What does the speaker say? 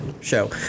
show